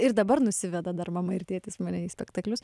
ir dabar nusiveda dar mama ir tėtis mane į spektaklius